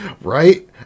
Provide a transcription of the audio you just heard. Right